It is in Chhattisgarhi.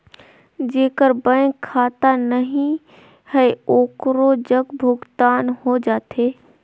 जेकर बैंक खाता नहीं है ओकरो जग भुगतान हो जाथे?